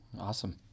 Awesome